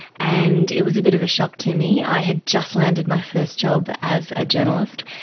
and it was a bit of a shock to me. i had just landed my first job as a journalist,